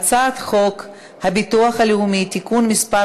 ההצעה להעביר את הצעת חוק הביטוח הלאומי (תיקון מס'